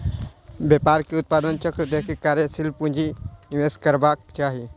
व्यापार के उत्पादन चक्र देख के कार्यशील पूंजी निवेश करबाक चाही